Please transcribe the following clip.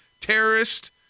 terrorist